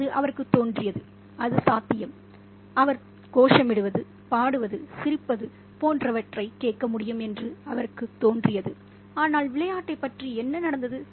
அது அவருக்குத் தோன்றியது அது சாத்தியம் அது சாத்தியம் அவர் கோஷமிடுவது பாடுவது சிரிப்பது போன்றவற்றைக் கேட்க முடியும் என்று அவருக்குத் தோன்றியது ஆனால் விளையாட்டைப் பற்றி என்ன நடந்தது